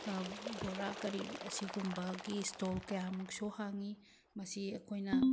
ꯕꯣꯔꯥ ꯀꯔꯤ ꯑꯁꯤꯒꯨꯝꯕꯒꯤ ꯏꯁꯇꯣꯜ ꯀꯌꯥꯃꯨꯛꯁꯨ ꯍꯥꯡꯉꯤ ꯃꯁꯤ ꯑꯩꯈꯣꯏꯅ